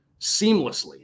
seamlessly